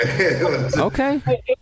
Okay